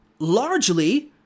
largely